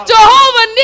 Jehovah